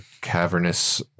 cavernous